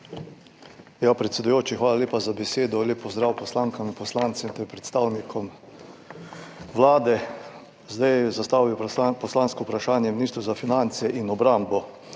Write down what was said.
Predsedujoči, hvala lepa za besedo. Lep pozdrav poslankam in poslancem ter predstavnikom Vlade! Zastavil bom poslansko vprašanje ministru za finance in obrambo.